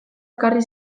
ekarri